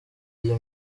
iyo